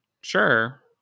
sure